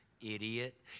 idiot